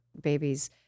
babies